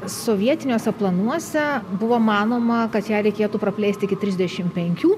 sovietiniuose planuose buvo manoma kad ją reikėtų praplėsti iki trisdešim penkių